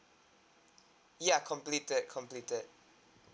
ya completed completed